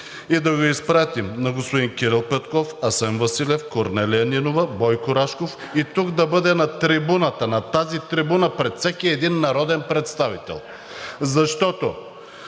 и да го изпратим на господин Кирил Петков, Асен Василев, Корнелия Нинова, Бойко Рашков и тук да бъде на трибуната – на тази трибуна, пред всеки един народен представител, защото